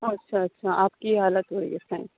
اچھا اچھا آپ کی حالت ہو رہی ہے اس ٹائم